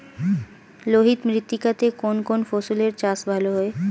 লোহিত মৃত্তিকা তে কোন কোন ফসলের চাষ ভালো হয়?